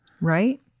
Right